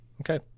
okay